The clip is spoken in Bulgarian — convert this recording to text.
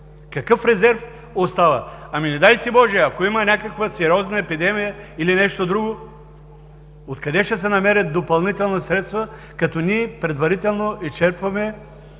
Какъв резерв остава? Ами, недай Боже, ако има някаква сериозна епидемия или нещо друго? Откъде ще се намерят допълнителни средства, като ние предварително изчерпваме